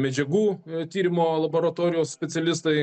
medžiagų tyrimo laboratorijos specialistai